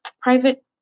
private